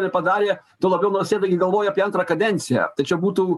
nepadarė tuo labiau nausėda gi galvoja apie antrą kadenciją tai čia būtų